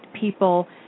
people